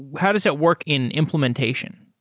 how does it work in implementation?